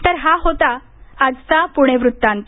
तर हा होता आजचा पुणे वृत्तांत